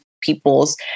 people's